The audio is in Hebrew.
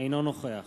אינו נוכח